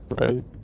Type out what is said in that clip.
Right